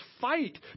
fight